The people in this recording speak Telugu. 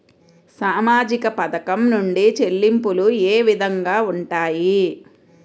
సామాజిక పథకం నుండి చెల్లింపులు ఏ విధంగా ఉంటాయి?